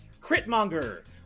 critmonger